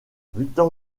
victor